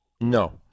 No